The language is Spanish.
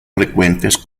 frecuentes